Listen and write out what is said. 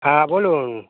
হ্যাঁ বলুন